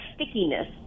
stickiness